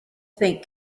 think